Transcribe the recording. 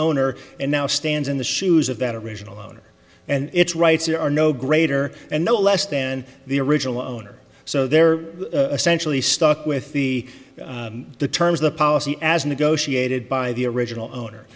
owner and now stands in the shoes of that original owner and its rights there are no greater and no less than the original owner so they're essentially stuck with the terms the policy as negotiated by the original owner